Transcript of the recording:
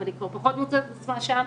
כבר פחות מוצאת את עצמה שם.